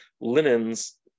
Linens